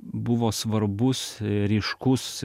buvo svarbus ryškus